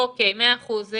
אוקיי, מאה אחוז.